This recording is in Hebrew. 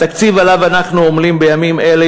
התקציב שעליו אנחנו עמלים בימים אלה